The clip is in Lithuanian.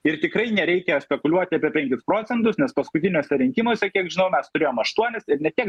ir tikrai nereikia spekuliuoti apie penkis procentus nes paskutiniuose rinkimuose kiek žinau mes turėjom aštuonis ir ne tiek